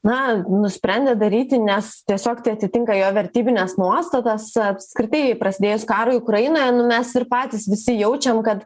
na nusprendė daryti nes tiesiog tai atitinka jo vertybines nuostatas apskritai prasidėjus karui ukrainoje mes ir patys visi jaučiam kad